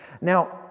Now